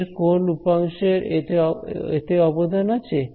এ র কোন উপাংশ র এতে অবদান আছে